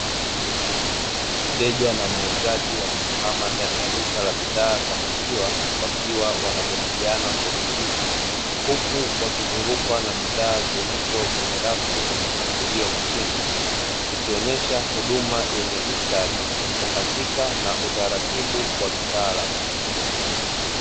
Mteja na muuzaji wamesimama ndani ya duka la bidhaa za maziwa, wakiwa wanajadiliana kwa utulivu, huku wakizungukwa na bidhaa zilizopo kwenye rafu zenye mpangilio makini zikionyesha huduma zenye ustadi, uhakika na utaratibu wa kitaalamu.